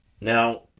now